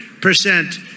percent